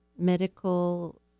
medical